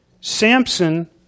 Samson